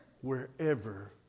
Wherever